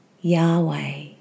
Yahweh